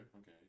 okay